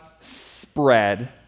spread